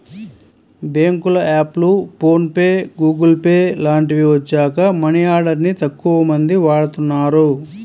బ్యేంకుల యాప్లు, PhonePe, Google Pay లాంటివి వచ్చాక మనీ ఆర్డర్ ని తక్కువమంది వాడుతున్నారు